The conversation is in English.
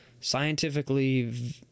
scientifically